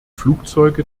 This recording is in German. flugzeuge